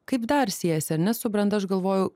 kaip dar siejasi ane su branda aš galvojau